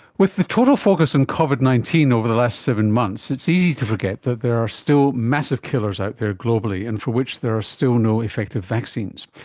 with the total focus on and covid nineteen over the last seven months, it's easy to forget that there are still massive killers out there globally and for which there are still no effective vaccines.